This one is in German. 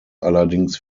allerdings